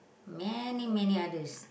many many others